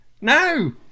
No